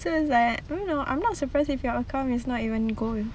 so it's like I mean I'm not even surprised if your account is not even gold